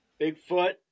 Bigfoot